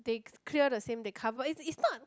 they clear the same they cover it's it's not